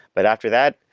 but after that,